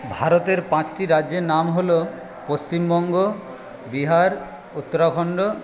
ভারতের পাঁচটি রাজ্যের নাম হল পশ্চিমবঙ্গ বিহার উত্তরাখন্ড